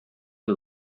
you